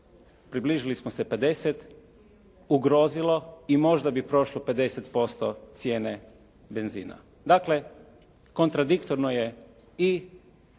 približili smo se 50 ugrozilo i možda bi prošlo 50% cijene benzina. Dakle kontradiktorno je i